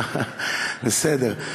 בסדר.